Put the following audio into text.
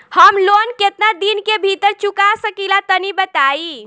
हम लोन केतना दिन के भीतर चुका सकिला तनि बताईं?